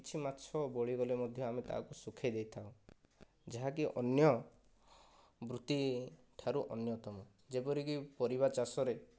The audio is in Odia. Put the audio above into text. କିଛି ମାଛ ବଳିଗଲେ ମଧ୍ୟ ଆମେ ତାକୁ ଶୁଖେଇ ଦେଇଥାଉ ଯାହାକି ଅନ୍ୟ ବୃତ୍ତି ଠାରୁ ଅନ୍ୟତମ ଯେପରିକି ପରିବା ଚାଷରେ